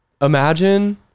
Imagine